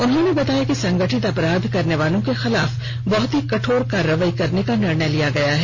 उन्होंने बताया कि संगठित अपराध करने वालों के खिलाफ बहुत ही कठोर कार्रवाई करने का निर्णय लिया गया है